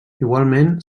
igualment